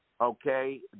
okay